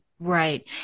Right